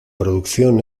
producción